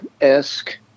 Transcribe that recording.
esque